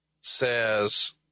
says